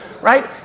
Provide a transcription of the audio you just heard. right